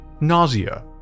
nausea